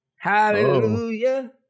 Hallelujah